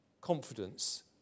confidence